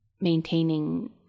maintaining